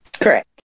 Correct